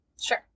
Sure